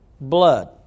blood